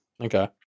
Okay